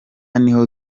niho